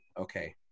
okay